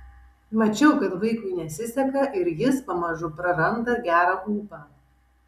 mačiau kad vaikui nesiseka ir jis pamažu praranda gerą ūpą